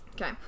Okay